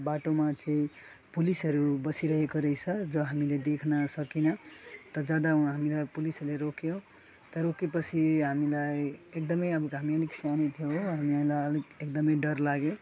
बाटोमा चाहिँ पुलिसहरू बसिरहेको रहेछ जो हामीले देख्न सकिनँ त जाँदा वहाँ हामीलाई पुलिसहरूले रोक्यो त्यहाँ रोकेपछि हामीलाई एकदमै अब हामी अलिक सानो थियो हो हामीहरूलाई अलिक एकदमै डर लाग्यो